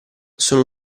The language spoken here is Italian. sono